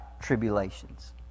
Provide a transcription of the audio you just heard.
tribulations